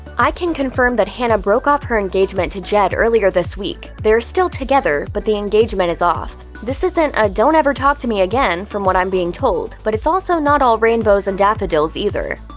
i can confirm that hannah broke off her engagement to jed earlier this week. they are still together, but the engagement is off. this isn't a don't ever talk to me again from what i'm being told, but it's also not all rainbows and daffodils either.